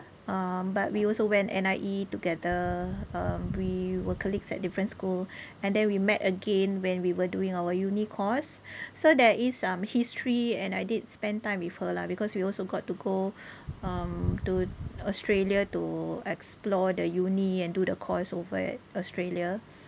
um but we also went N_I_E together uh we were colleagues at different school and then we met again when we were doing our uni course so there is some history and I did spend time with her lah because we also got to go um to Australia to explore the uni and do the course over at Australia